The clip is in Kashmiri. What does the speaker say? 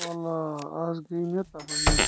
اولا، از گٔے مے تبٲہی